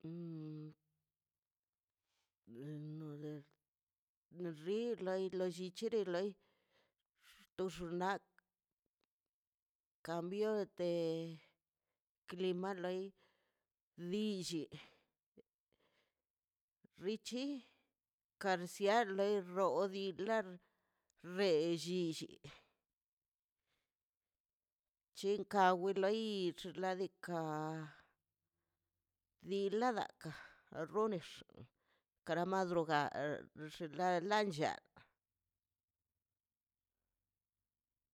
loi ri lo xichiri loi to xunnak kambio de klima loi diilli richi karsia loi rodi la relli chinka wi loi id xiladika dila daka ronix kara madrugar xinla lanlla